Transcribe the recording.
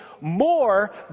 more